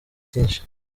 cyinshi